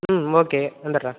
okay வந்துடுறேன்